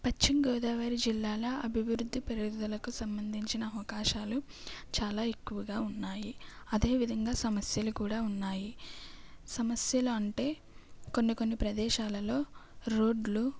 పశ్చిమ గోదావరి జిల్లాల అభివృద్ధి పెరుగుదలకు సంబంధించిన అవకాశాలు చాలా ఎక్కువగా ఉన్నాయి అదేవిధంగా సమస్యలు కూడా ఉన్నాయి సమస్యలు అంటే కొన్ని కొన్ని ప్రదేశాలలో రోడ్లు